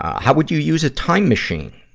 how would you use a time machine?